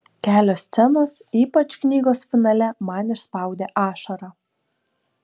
kelios scenos ypač knygos finale man išspaudė ašarą